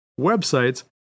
websites